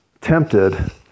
tempted